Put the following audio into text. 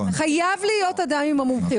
חייב להיות אדם עם המומחיות.